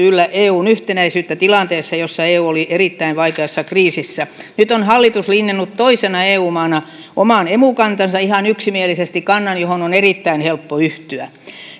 yllä eun yhtenäisyyttä tilanteessa jossa eu oli erittäin vaikeassa kriisissä nyt on hallitus linjannut toisena eu maana oman emu kantansa ihan yksimielisesti kannan johon on erittäin helppo yhtyä